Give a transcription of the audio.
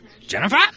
Jennifer